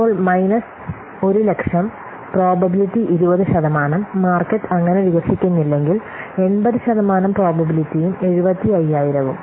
അപ്പോൾ minus 100000 probability 20 ശതമാനം market അങ്ങനെ വികസിക്കുന്നില്ലെങ്കിൽ 80 ശതമാനം പ്രോബബിലിറ്റിയും 75000 ഉം